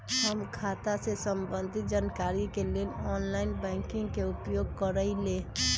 हम खता से संबंधित जानकारी के लेल ऑनलाइन बैंकिंग के उपयोग करइले